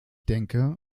denke